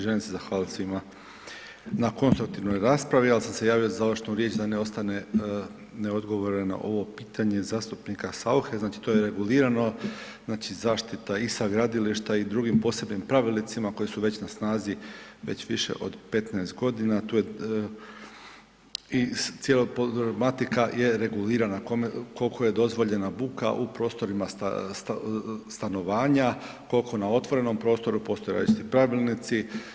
Želim se zahvaliti svima na konstruktivnoj raspravi, ali sam se javio za završnu riječ da ne ostane neodgovoreno ovo pitanje zastupnika Sauche, znači to je regulirano, znači zaštita i sa gradilišta i drugim posebnim pravilnicima koji su već na snazi već više od 15 g., tu je i cijela problematika je regulirana koliko je dozvoljena buka u prostorima stanovanja, koliko na otvorenom prostoru, postoje isto pravilnici.